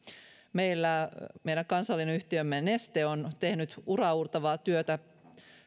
meillä meidän kansallinen yhtiömme neste on tehnyt uraauurtavaa työtä